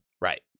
Right